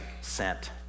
sent